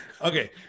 Okay